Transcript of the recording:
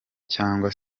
cyangwa